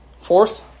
Fourth